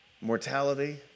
mortality